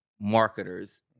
marketers